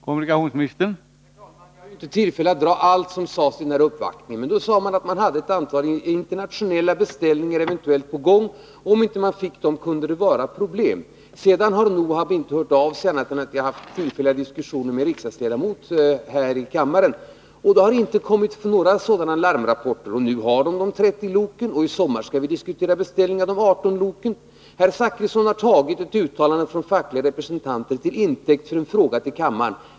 Herr talman! Jag har inte möjlighet att återge allt som sades vid uppvaktningen, men man sade bl.a. att man eventuellt hade ett antal internationella beställningar på gång. Om man inte fick dem kunde det uppstå problem. Sedan har jag inte hört av NOHAB på annat sätt än genom tillfälliga diskussioner här i kammaren med en riksdagsledamot. Det har inte kommit några larmrapporter, och nu har NOHAB beställning på reparationer av 30 lok, och i sommar skall vi diskutera den planerade beställningen av 18 lok. Herr Zachrisson har tagit ett uttalande från fackliga representanter till intäkt för en fråga till kammaren.